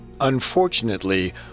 Unfortunately